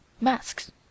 Masks